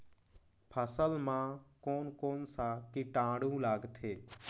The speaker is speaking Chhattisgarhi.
फसल मा कोन कोन सा कीटाणु लगथे?